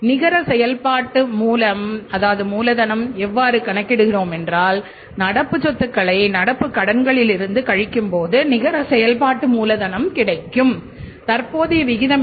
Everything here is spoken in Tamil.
நிகர செயல்பாட்டு மூலதனம் எவ்வாறு கணக்கிடுகிறோம் என்றால் நடப்பு சொத்துக்களை நடப்பு கடன்கலிளிருந்து கழிக்கும் போது நிகர செயல்பாட்டு மூலதனம் கிடைக்கும் தற்போதைய விகிதம் என்பது 1